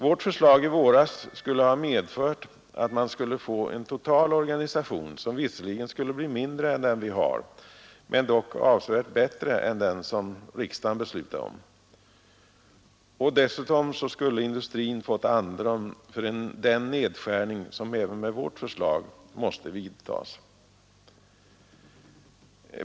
Vårt förslag från i våras innebär att man skulle ha fått en total organisation, som visserligen skulle ha blivit mindre än den vi har men dock avsevärt bättre än den riksdagen beslutade om. Dessutom skulle industrin ha fått andrum för den nedskärning som även enligt vårt förslag måste vidtagas.